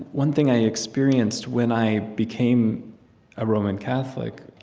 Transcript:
one thing i experienced when i became a roman catholic,